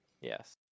Yes